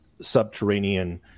subterranean